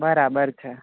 બરાબર છે